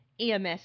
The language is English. EMS